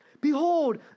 behold